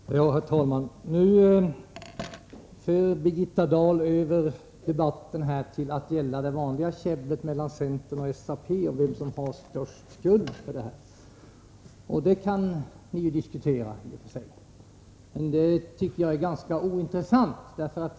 Herr talman! Nu för Birgitta Dahl över debatten till att gälla det vanliga Torsdagen den käbblet mellan centern och SAP om vem som har störst skuld. Den frågan 11 oktober 1984 kan ni i och för sig diskutera, men det är ganska ointressant.